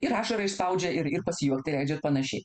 ir ašarą išspaudžia ir ir pasijuokti leidžia ir panašiai